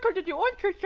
did you wank